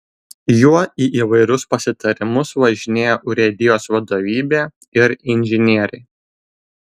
juo į įvairius pasitarimus važinėja urėdijos vadovybė ir inžinieriai